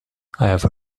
have